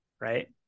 right